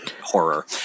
horror